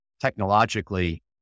technologically